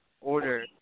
order